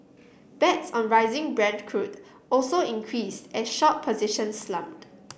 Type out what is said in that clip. bets on rising Brent crude also increased as short positions slumped